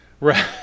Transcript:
right